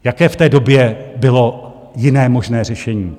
Jaké v té době bylo jiné možné řešení?